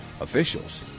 officials